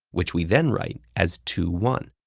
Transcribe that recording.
which we then write as two one.